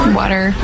water